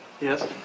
yes